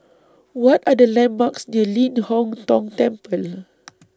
What Are The landmarks near Ling Hong Tong Temple